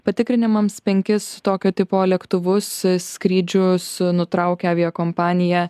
patikrinimams penkis tokio tipo lėktuvus skrydžius nutraukė aviakompanija